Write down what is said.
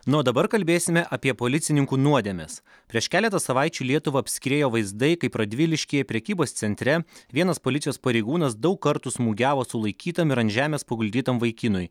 na o dabar kalbėsime apie policininkų nuodėmes prieš keletą savaičių lietuvą apskriejo vaizdai kaip radviliškyje prekybos centre vienas policijos pareigūnas daug kartų smūgiavo sulaikytam ir ant žemės paguldytam vaikinui